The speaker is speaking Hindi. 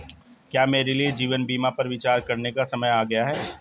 क्या मेरे लिए जीवन बीमा पर विचार करने का समय आ गया है?